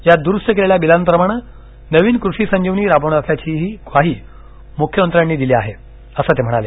या दुरुस्त केलेल्या बिलांप्रमाणे नवीन कृषी संजीवनी राबवणार असल्याची ग्वाही मुख्यमंत्र्यांनी दिली आहे असं ते म्हणाले